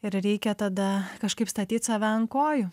ir reikia tada kažkaip statyt save ant kojų